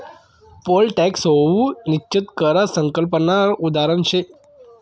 pole tax हाऊ निश्चित कर संकल्पनानं उदाहरण शे